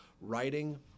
writing